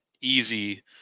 easy